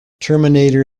terminator